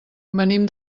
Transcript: venim